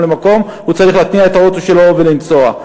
למקום צריך להתניע את האוטו שלו ולנסוע.